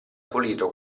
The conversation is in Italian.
pulito